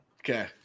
Okay